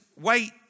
wait